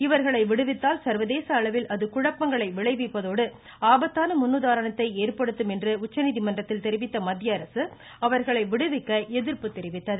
இவர்களை விடுவித்தால் சர்வதேச அளவில் ஆத குழப்பங்களை விளைவிப்பதோடு ஆபத்தான முன்னுதாரணத்தையும் ஏற்படுத்தும் என்று உச்சநீதிமன்றத்தில் தெரிவித்த மத்திய அரசு அவர்களை விடுவிக்க எதிர்ப்பு தெரிவித்துத